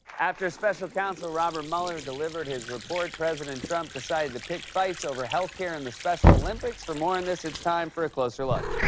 after special counsel robert mueller delivered his report, president trump decided to pick fights over healthcare and the special olympics. for more on this, it's time for a closer look.